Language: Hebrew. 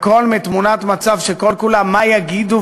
הכול מתמונת מצב שכל-כולה מה יגידו,